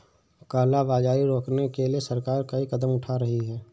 काला बाजारी रोकने के लिए सरकार कई कदम उठा रही है